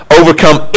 overcome